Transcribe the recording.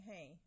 Hey